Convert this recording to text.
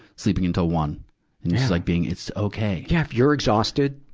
sleeping until one like being it's okay. yeah. if you're exhausted,